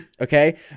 Okay